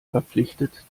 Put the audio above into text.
verpflichtet